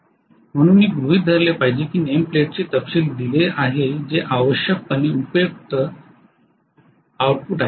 म्हणून मी गृहित धरले पाहिजे की नेम प्लेटचे तपशील दिले आहेत जे आवश्यकपणे उपयुक्त आउटपुट आहेत